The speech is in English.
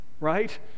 right